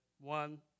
One